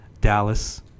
Dallas